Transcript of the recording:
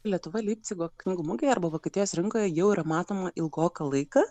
lietuva leipcigo knygų mugėje arba vokietijos rinkoje jau yra matoma ilgoką laiką